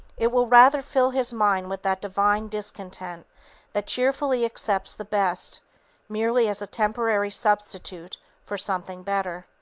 it will rather fill his mind with that divine discontent that cheerfully accepts the best merely as a temporary substitute for something better.